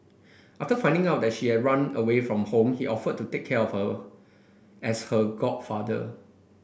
after finding out that she had run away from home he offered to take care for her as her godfather